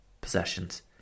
possessions